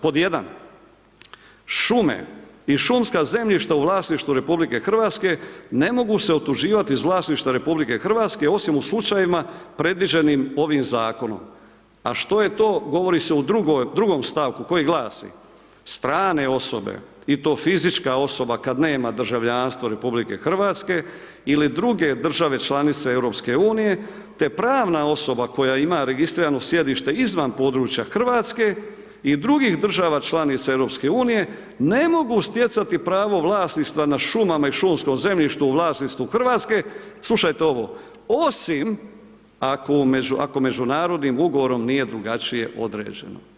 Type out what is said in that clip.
Pod jedan, šume i šumska zemljišta u vlasništvu RH ne mogu se otuđivati iz vlasništva RH osim u slučajevima predviđenim ovim zakon, a što je to govori se u drugom stavku koji glasi, strane osobe i to fizička osoba kad nema državljanstvo RH ili druge države članice EU, te pravna osoba koja ima registrirano sjedište izvan područja Hrvatske i drugih država članica EU ne mogu stjecati pravo vlasništva nad šumama i šumskom zemljištu u vlasništvu Hrvatske, slušajte ovo, osim ako međunarodnim ugovorom nije drugačije određeno.